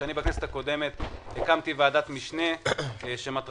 שבכנסת הקודמת הקמתי ועדת משנה שמטרתה